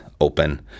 open